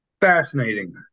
Fascinating